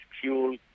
fuel